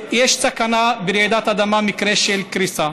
יש סכנה ברעידת אדמה, במקרה של קריסה,